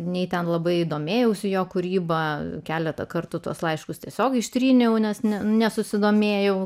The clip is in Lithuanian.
nei ten labai domėjausi jo kūryba keletą kartų tuos laiškus tiesiog ištryniau nes nesusidomėjau